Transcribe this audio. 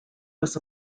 was